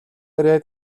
ирээд